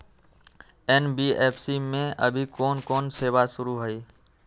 NBFC में अभी कोन कोन सेवा शुरु हई?